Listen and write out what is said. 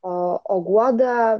o o guoda